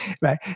Right